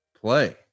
play